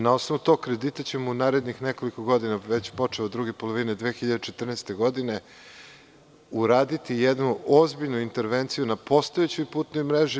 Na osnovu tog kredita ćemo u narednih nekoliko godina, već počev od druge polovine 2014. godine, uraditi jednu ozbiljnu intervenciju na postojećoj putnoj mreži.